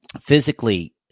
physically